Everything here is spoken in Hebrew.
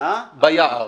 האמינו לי,